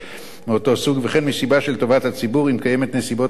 וכן מסיבה של טובת הציבור או אם קיימות נסיבות מיוחדות המצדיקות זאת.